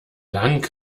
lang